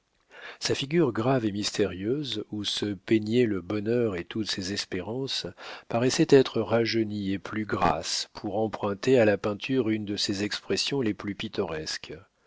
sa figure grave et mystérieuse où se peignaient le bonheur et toutes ses espérances paraissait être rajeunie et plus grasse pour emprunter à la peinture une de ses expressions les plus pittoresques